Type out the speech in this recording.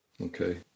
Okay